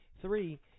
Three